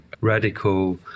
radical